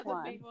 one